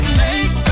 make